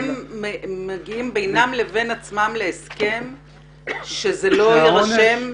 הם מגיעים בינם לבין עצמם להסכם שזה לא יירשם.